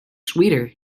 sweeter